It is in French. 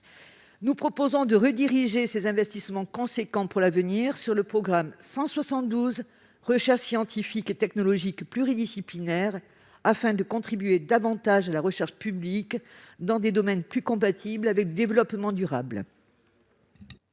est proposé de rediriger ces investissements importants pour l'avenir vers le programme 172, « Recherches scientifiques et technologiques pluridisciplinaires », afin de soutenir davantage la recherche publique dans des domaines plus compatibles avec le développement durable.